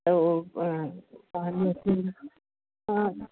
त हो पंहिंजे हिते हा